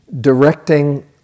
directing